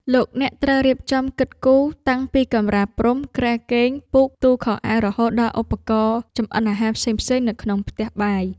លោកអ្នកត្រូវរៀបចំគិតគូរតាំងពីកម្រាលព្រំគ្រែគេងពូកទូខោអាវរហូតដល់ឧបករណ៍ចម្អិនអាហារផ្សេងៗនៅក្នុងផ្ទះបាយ។